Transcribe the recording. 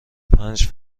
پنج